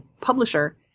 publisher